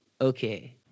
Okay